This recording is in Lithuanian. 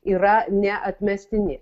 yra neatmestini